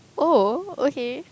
oh okay